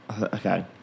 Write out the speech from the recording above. Okay